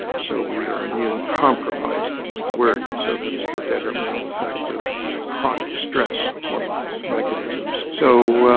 so we are immune compromised that's the word. so, that's the detrimental effect of chronic stress, one of the mechanisms. so,